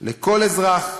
לכל אזרח,